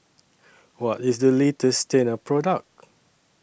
What IS The latest Tena Product